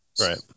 Right